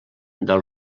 del